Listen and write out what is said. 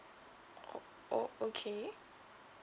oh oh okay